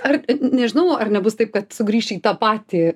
ar nežinau ar nebus taip kad sugrįši į tą patį